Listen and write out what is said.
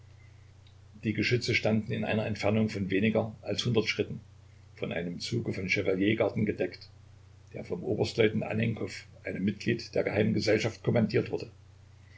die geschütze standen in einer entfernung von weniger als hundert schritten von einem zuge von chevaliergarden gedeckt der vom oberstleutnant anenkow einem mitglied der geheimen gesellschaft kommandiert wurde